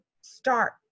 start